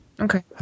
okay